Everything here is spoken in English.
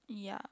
yeah